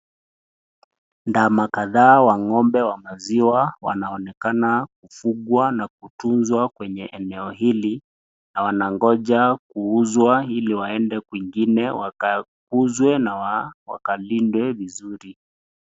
Ndama kadhaa wa ngombe wa maziwa wanaonekana kufugwa na kutunzwa kwenye eneo Ili na wanangojea kuuzwa Ili waende kwingine wakauzwe na wakalindwe vizuri.